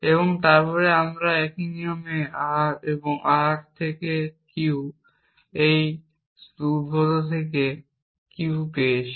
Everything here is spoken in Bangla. এবং তারপরে আমরা একই নিয়মে R এবং R এবং Q থেকে একটি উদ্ভূত Q দিয়ে পেয়েছি